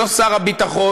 לא שר הביטחון,